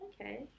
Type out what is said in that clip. Okay